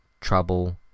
trouble